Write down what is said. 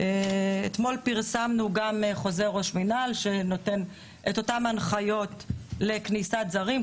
אתמול פרסמנו גם חוזר ראש מינהל שנותן את אותן הנחיות לכניסת זרים,